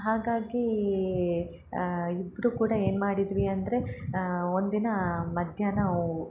ಹಾಗಾಗಿ ಇಬ್ಬರು ಕೂಡ ಏನು ಮಾಡಿದ್ವಿ ಅಂದರೆ ಒಂದಿನ ಮಧ್ಯಾಹ್ನ ಊ